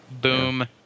Boom